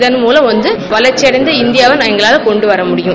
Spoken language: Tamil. இதன்மூலம் வந்து வளர்ச்சிபடைந்த இந்தியாவை எங்களால் கொண்டுவர முடியும்